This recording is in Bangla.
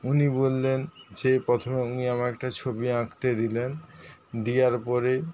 উনি বললেন যে প্রথমে উনি আমায় একটা ছবি আঁকতে দিলেন দেওয়ার পরে